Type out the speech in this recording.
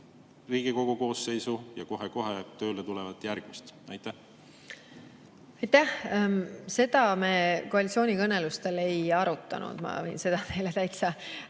Riigikogu koosseisu ja kohe-kohe tööle tulevat järgmist. Aitäh! Seda me koalitsioonikõnelustel ei arutanud. Saan täitsa